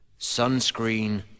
sunscreen